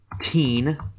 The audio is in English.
teen